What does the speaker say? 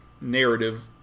narrative